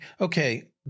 okay